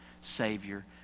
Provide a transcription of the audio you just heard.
Savior